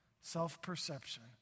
self-perception